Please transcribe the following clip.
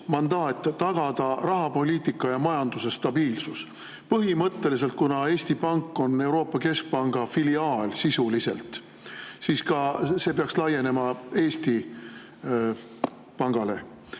mandaat tagada rahapoliitika ja majanduse stabiilsus. Põhimõtteliselt, kuna Eesti Pank on sisuliselt Euroopa Keskpanga filiaal, siis see peaks laienema Eesti Pangale.